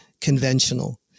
conventional